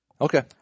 Okay